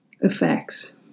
effects